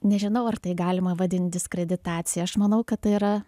nežinau ar tai galima vadint diskreditacija aš manau kad tai yra